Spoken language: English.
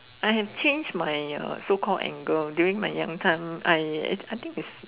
I have changed my uh so called anger during my young time I think is